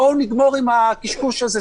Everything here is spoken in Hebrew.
בואו נגמור עם הקשקוש הזה,